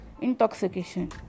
intoxication